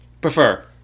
prefer